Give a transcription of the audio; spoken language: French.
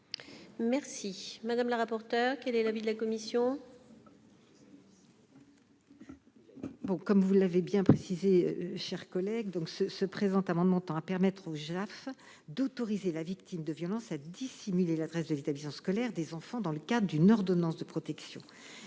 de l'autorité parentale. Quel est l'avis de la commission ? Comme vous l'avez bien précisé, ma chère collègue, le présent amendement tend à permettre au JAF d'autoriser la victime de violences à dissimuler l'adresse de l'établissement scolaire des enfants dans le cadre d'une ordonnance de protection.